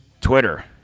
Twitter